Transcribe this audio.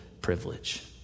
privilege